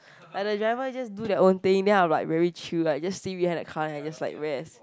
like the driver just do their own thing then I'm like very chill like just sit behind the car then I just like rest